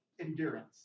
endurance